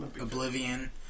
Oblivion